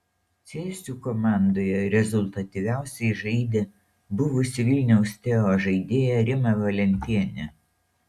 cėsių komandoje rezultatyviausiai žaidė buvusi vilniaus teo žaidėja rima valentienė